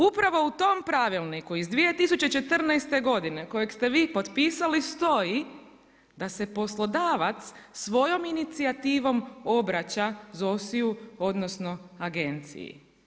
Upravo u tom pravilniku iz 2014. godine kojeg ste vi potpisali stoji da se poslodavac svojom inicijativom obraća ZOSI-u, odnosno agenciji.